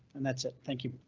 and that's it. thank you.